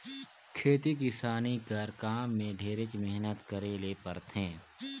खेती किसानी कर काम में ढेरेच मेहनत करे ले परथे